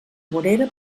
vorera